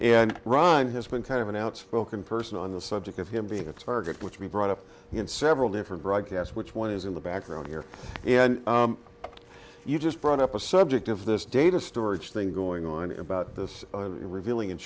and run has been kind of an outspoken person on the subject of him being a target which he brought up in several different broadcast which one is in the background here and you just brought up a subject of this data storage thing going on about this revealing